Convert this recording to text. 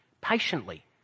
patiently